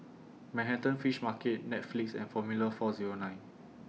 Manhattan Fish Market Netflix and Formula four Zero nine